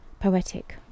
Poetic